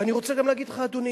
ואני גם רוצה להגיד לך, אדוני,